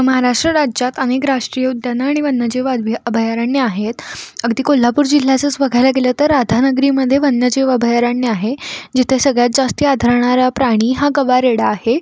महाराष्ट्र राज्यात अनेक राष्ट्रीय उद्यानं आणि वन्यजीव अभया अभयारण्यं आहेत अगदी कोल्हापूर जिल्ह्याचंच बघायला गेलं तर राधानगरीमध्ये वन्यजीव अभयारण्य आहे जिथे सगळ्यात जास्त आढळणारा प्राणी हा गवारेडा आहे